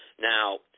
Now